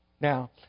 Now